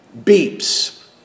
beeps